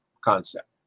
concept